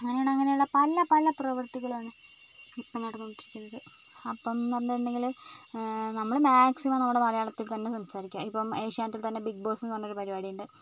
അങ്ങനെയുള്ള അങ്ങനെയുള്ള പല പല പ്രവൃത്തികളും ഇപ്പം നടന്നുകൊണ്ടിരിക്കുന്നത് അപ്പം എന്ന് പറഞ്ഞിട്ടുണ്ടെങ്കിൽ നമ്മൾ മാക്സിമം നമ്മുടെ മലയാളത്തിൽ തന്നെ സംസാരിക്കുക ഇപ്പം ഏഷ്യനെറ്റിൽ തന്നെ ബിഗ് ബോസ് എന്ന് പറഞ്ഞൊരു പരിപാടി ഉണ്ട്